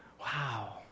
wow